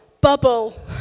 bubble